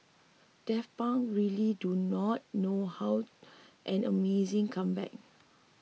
Daft Punk really do not know how an amazing comeback